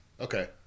Okay